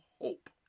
hope